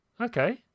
okay